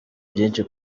byinshi